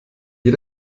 ihr